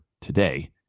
today